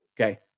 Okay